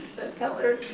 tell her.